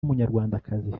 w’umunyarwandakazi